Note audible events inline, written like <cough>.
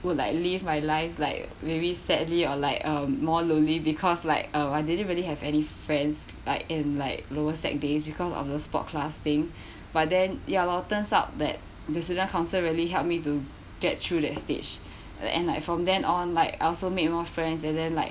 would like live my lives like very sadly or like um more lonely because like uh I didn't really have any friends like in like lower sec days because of those sport class thing <breath> but then ya lor turns out that the student council really helped me to get through that stage at the end like from then on like I also make more friends and then like